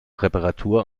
reparatur